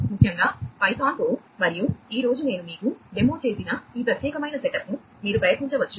ముఖ్యంగా పైథాన్తో మరియు ఈ రోజు నేను మీకు డెమో చేసిన ఈ ప్రత్యేకమైన సెటప్ను మీరు ప్రయత్నించవచ్చు